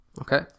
Okay